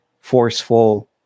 forceful